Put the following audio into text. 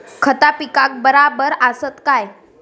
खता पिकाक बराबर आसत काय?